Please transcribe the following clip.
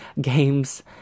games